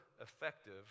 effective